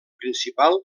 principal